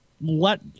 let